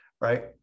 Right